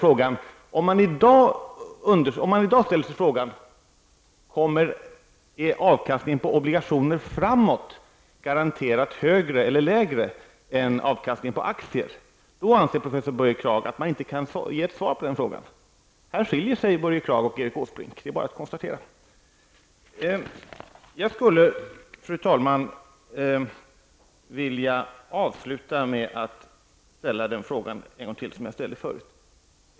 Om man i dag ställer sig frågan: Kommer avkastningen på obligationer i framtiden att vara garanterat högre eller lägre än avkastningen på aktier? Professor Börje Kragh anser att man inte kan ge ett svar på den frågan. Här skiljer sig Börje Kraghs och Erik Åsbrinks åsikter, det är bara att konstatera. Fru talman! Jag vill avsluta med att ställa den fråga som jag tidigare ställde.